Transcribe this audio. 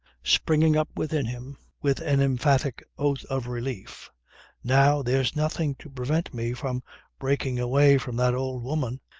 springing up within him with an emphatic oath of relief now there's nothing to prevent me from breaking away from that old woman.